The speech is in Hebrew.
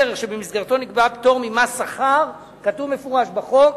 שבמסגרתו נקבע פטור ממס על שכר כתוב במפורש בחוק,